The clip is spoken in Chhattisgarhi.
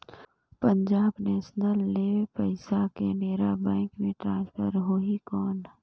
पंजाब नेशनल ले पइसा केनेरा बैंक मे ट्रांसफर होहि कौन?